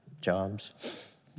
Jobs